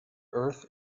earth